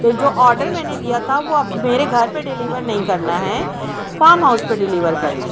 تو جو آڈر میں نے دیا تھا وہ اب میرے گھر پہ ڈلیور نہیں کرنا ہے فام ہاؤس پہ ڈلیور کرنا ہے